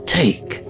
take